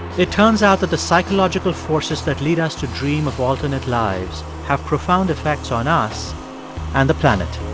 it turns out that the psychological forces that lead us to dream of alternate lives have profound effects on us and the planet